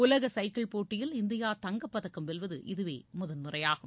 உலக சைக்கிள் போட்டியில் இந்தியா தங்கப் பதக்கம் வெல்வது இதுவே முதன்முறையாகும்